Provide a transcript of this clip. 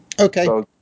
Okay